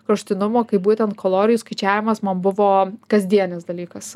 kraštutinumo kaip būtent kalorijų skaičiavimas man buvo kasdienis dalykas